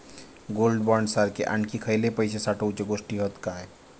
Gold bond सारखे आणखी खयले पैशे साठवूचे गोष्टी हत काय?